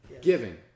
Giving